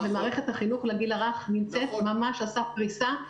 מערכת החינוך לגיל הרך נמצאת ממש על סף קריסה.